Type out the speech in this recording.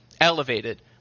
elevated